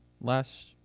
last